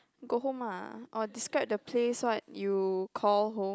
go home ah or describe the place what you called home